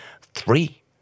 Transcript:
three